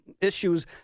issues